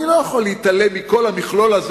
אני לא יכול להתעלם מכל המכלול הזה